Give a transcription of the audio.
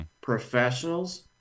Professionals